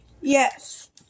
Yes